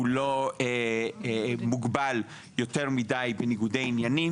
הוא לא מוגבל יותר מדי בניגודי עניינים.